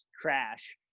crash